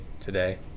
today